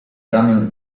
ramię